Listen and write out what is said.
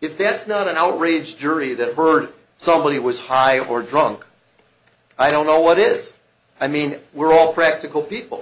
if that's not an outrage jury that heard somebody was high or drunk i don't know what is i mean we're all practical people